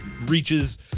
reaches